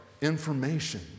information